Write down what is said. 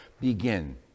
begin